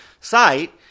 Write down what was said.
site